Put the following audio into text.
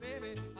baby